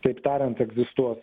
taip tariant egzistuos